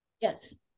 Yes